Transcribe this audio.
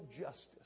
justice